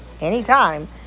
anytime